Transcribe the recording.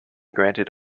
granted